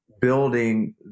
building